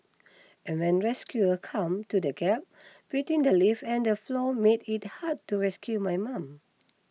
and when rescuers come to the gap between the lift and the floor made it hard to rescue my mum